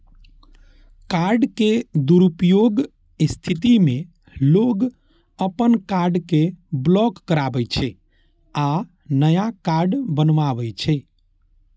card के दुरुपयोगक स्थिति मे लोग अपन कार्ड कें ब्लॉक कराबै छै आ नया कार्ड बनबावै छै